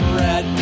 red